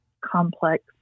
complex